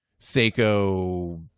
Seiko